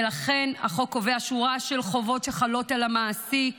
ולכן החוק קובע שורה של חובות שחלות על המעסיק